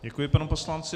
Děkuji panu poslanci.